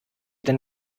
denn